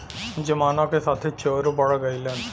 जमाना के साथे चोरो बढ़ गइलन